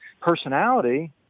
personality